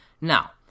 Now